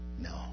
no